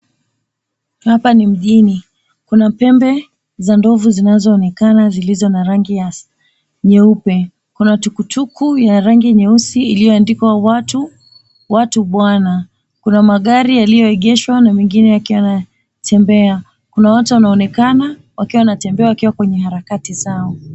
Hapa ni mjini. Kuna pembe za ndovu zinazoonekana zilizo na rangi ya nyeupe. Kuna tukutuku ya rangi nyeusi iliyoandikwa, " Watu Bwana". Kuna magari yaliyoegeshwa na mengine yakiwa yanatembea. Kuna watu wanaonekana, wakiwa wanatembea wakiwa kwenye harakati zao.